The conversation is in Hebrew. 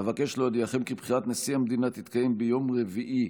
אבקש להודיעכם כי בחירת נשיא המדינה תתקיים ביום רביעי,